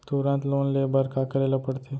तुरंत लोन ले बर का करे ला पढ़थे?